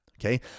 Okay